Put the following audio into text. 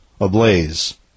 ablaze